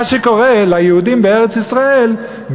מה שקורה ליהודים בארץ-ישראל,